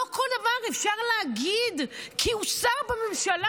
לא כל דבר אפשר להגיד כי הוא שר בממשלה.